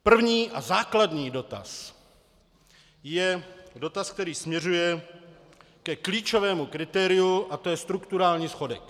První a základní dotaz je dotaz, který směřuje ke klíčovému kritériu, a to je strukturální schodek.